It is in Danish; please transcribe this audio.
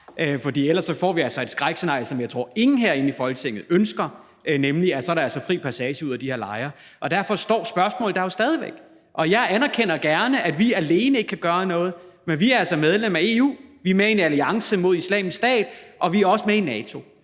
for ellers får vi altså et skrækscenarie, som jeg ikke tror nogen herinde i Folketinget ønsker, nemlig at der altså så er fri passage ud af de her lejre. Derfor er spørgsmålet der jo stadig væk. Jeg anerkender gerne, at vi alene ikke kan gøre noget, men vi er altså medlemmer af EU, vi er med i en alliance mod Islamisk Stat, og vi er også med i NATO,